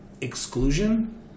exclusion